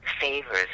favors